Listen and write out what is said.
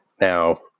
now